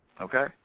okay